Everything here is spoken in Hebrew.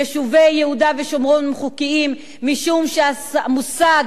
יישובי יהודה ושומרון הם חוקיים משום שהמושג